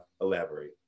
elaborate